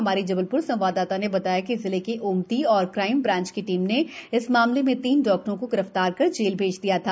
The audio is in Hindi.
हमारी जबलप्र संवाददाता ने बताया कि जिले के ओमती और क्राइम ब्राच की टीम ने इस मामले में तीन डॉक्टरों को गिरफ्तार कर जेल भेज दिया था